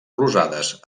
rosades